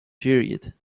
period